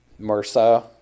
MRSA